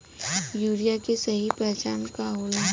Urea के सही पहचान का होला?